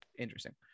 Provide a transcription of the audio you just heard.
Interesting